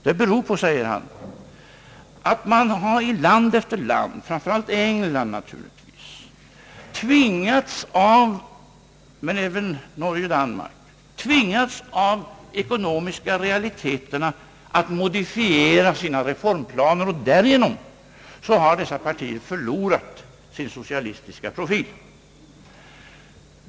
Det beror på, säger han, att man i land efter land, framför allt England, av de ekonomiska realiteterna har tvingats att modifiera sina reformplaner. Därigenom har dessa partier förlorat sin socialistiska profil.